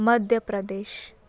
Madhya Pradesh